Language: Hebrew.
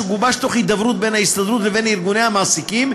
שגובש בהידברות בין ההסתדרות לבין ארגוני המעסיקים,